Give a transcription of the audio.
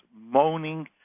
moaning